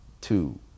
two